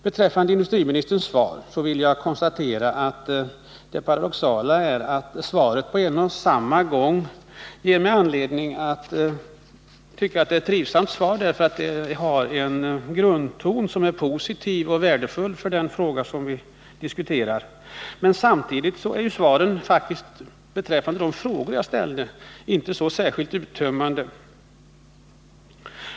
Beträffande industriministerns svar vill jag konstatera att det paradoxala är att svaret, på samma gång som det är tillfredsställande i så måtto att det har en grundton som är positiv och värdefull för den fråga vi diskuterar, inte är särskilt uttömmande när det gäller de frågor jag ställt i interpellationen.